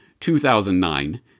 2009